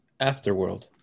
afterworld